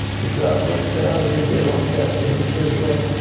but god looks down as he did on katherine, he says, look,